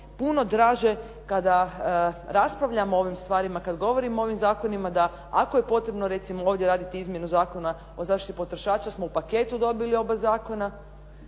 puno draže kada raspravljamo o ovim stvarima, kad govorimo o ovim zakona da ako je potrebno recimo ovdje raditi izmjenu Zakona o zaštiti potrošača smo u paketu dobili oba zakona,